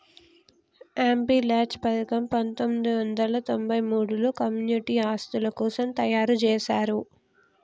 MPLADS పథకం పందొమ్మిది వందల తొంబై మూడులో కమ్యూనిటీ ఆస్తుల కోసం తయ్యారుజేశారు